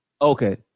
Okay